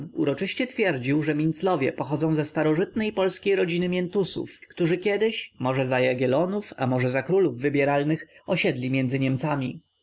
uroczyście twierdził że minclowie pochodzą ze starożytnej polskiej rodziny miętusów którzy kiedyś może za jagiellonów a może za królów wybieralnych osiedli między niemcami